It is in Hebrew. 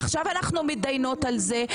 עכשיו אנחנו מתדיינות על זה,